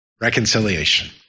Reconciliation